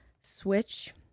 switch